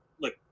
look